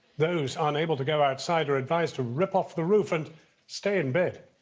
those unable to go outside are advised to rip off the roof and stay in bed.